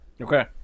Okay